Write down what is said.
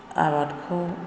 आबादखौ